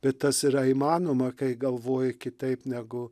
bet tas yra įmanoma kai galvoji kitaip negu